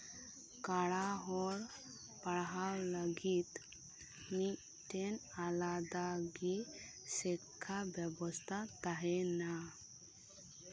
ᱠᱟᱬᱟ ᱦᱚᱲ ᱯᱟᱲᱦᱟᱣ ᱞᱟᱹᱜᱤᱫ ᱢᱤᱫᱴᱮᱱ ᱟᱞᱟᱫᱟ ᱜᱮ ᱥᱤᱠᱠᱷᱟ ᱵᱮᱵᱚᱥᱛᱷᱟ ᱛᱟᱦᱮᱱᱟ